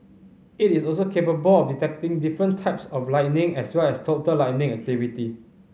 it is also capable of detecting different types of lightning as well as total lightning activity